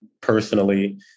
personally